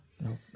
no